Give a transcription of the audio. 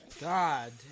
God